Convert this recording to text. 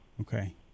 Okay